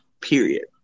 Period